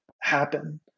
happen